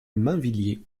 mainvilliers